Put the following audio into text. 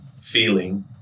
feeling